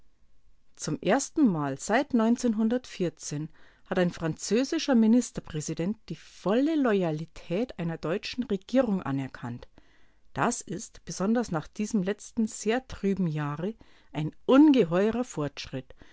zum erstenmal seit hat ein französischer ministerpräsident die volle loyalität einer deutschen regierung anerkannt das ist besonders nach diesem letzten sehr trüben jahre ein ungeheurer fortschritt